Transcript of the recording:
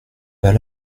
pas